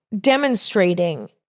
demonstrating